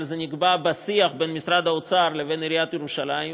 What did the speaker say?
אבל זה נקבע בשיח בין משרד האוצר לבין עיריית ירושלים,